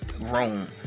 Rome